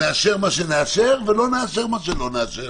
נאשר מה שנשאר ולא נאשר מה שלא נאשר.